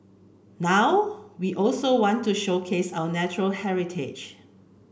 now we also want to showcase our natural heritage